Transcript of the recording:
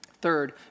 Third